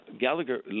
Gallagher